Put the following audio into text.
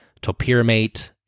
topiramate